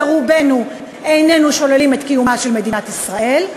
ורובנו איננו שוללים את קיומה של מדינת ישראל,